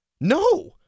No